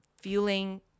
feeling